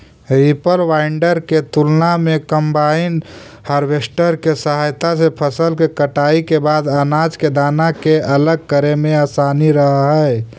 reaper binder के तुलना में कम्बाइन हार्वेस्टर के सहायता से फसल के कटाई के बाद अनाज के दाना के अलग करे में असानी रहऽ हई